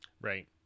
right